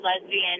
lesbian